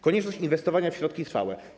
Konieczność inwestowania w środki trwałe.